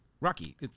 Rocky